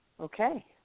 okay